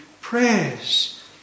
prayers